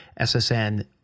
SSN